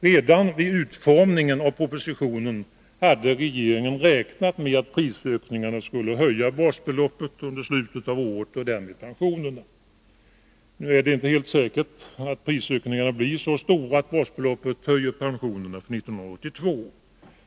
Redan vid utformningen av propositionen hade regeringen räknat med att prisökningarna skulle höja basbeloppet under slutet av året och därmed pensionerna. Nu är det inte helt säkert att prisökningarna blir så stora att basbeloppet höjer pensionerna för 1982.